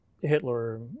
Hitler